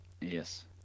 Yes